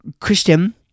Christian